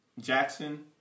Jackson